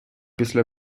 після